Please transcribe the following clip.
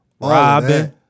robbing